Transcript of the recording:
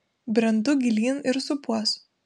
brendu gilyn ir supuos